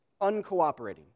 Uncooperating